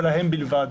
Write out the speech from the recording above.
ולהם בלבד: